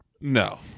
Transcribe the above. No